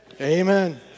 amen